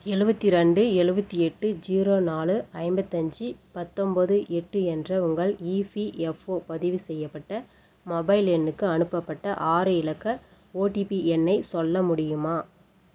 எழுபத்திரெண்டு எழுபத்தி எட்டு ஜீரோ நாலு ஐம்பத்தஞ்சு பத்தொன்பது எட்டு என்ற உங்கள் இபிஎஃப்ஒ பதிவு செய்யப்பட்ட மொபைல் எண்ணுக்கு அனுப்பப்பட்ட ஆறு இலக்க ஓடிபி எண்ணை சொல்ல முடியுமா